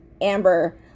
Amber